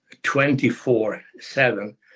24-7